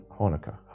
Hanukkah